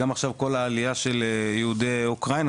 גם כל העלייה עכשיו של יהודי אוקראינה,